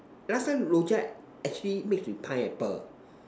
last time Rojak actually mix with pineapple